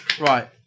Right